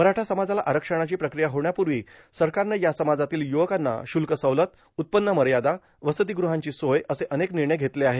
मराठा समाजाला आरक्षणाची प्रक्रिया होण्यापूर्वी सरकारनं या समाजातील य्रवकांना शुल्क सवलत उत्पव्न मर्यादा वसतीग्रहांची सोय असे अनेक निर्णय घेतले आहे